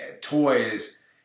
toys